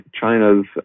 China's